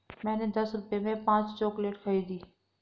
मैंने दस रुपए में पांच चॉकलेट खरीदी